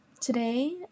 today